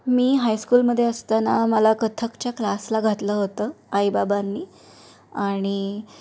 मी हायस्कूलमध्ये असताना मला कथ्थकच्या क्लासला घातलं होतं आईबाबांनी आणि